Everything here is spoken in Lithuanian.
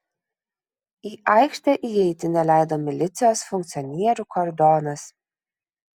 į aikštę įeiti neleido milicijos funkcionierių kordonas